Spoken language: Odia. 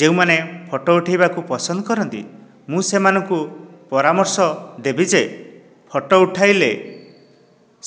ଯେଉଁମାନେ ଫଟୋ ଉଠାଇବାକୁ ପସନ୍ଦ କରନ୍ତି ମୁଁ ସେମାନଙ୍କୁ ପରାମର୍ଶ ଦେବି ଯେ ଫଟୋ ଉଠାଇଲେ